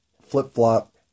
flip-flop